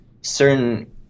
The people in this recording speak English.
certain